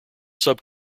sub